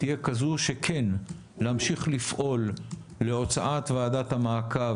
תהיה כזו שכן להמשיך לפעול להוצאת ועדת המעקב